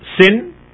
sin